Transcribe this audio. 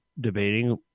debating